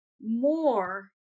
more